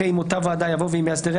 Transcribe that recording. אחרי "עם אותה ועדה" יבוא "ועם מאסדרי